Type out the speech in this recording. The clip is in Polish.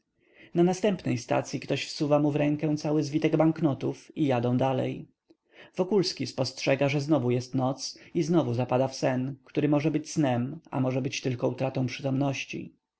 na następnej stacyi ktoś wsuwa mu w rękę cały zwitek banknotów i jadą dalej wokulski spostrzega że znowu jest noc i znowu zapada w stan który może być snem a może tylko utratą przytomności